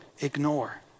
ignore